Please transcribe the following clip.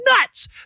nuts